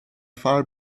far